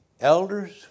elders